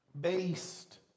based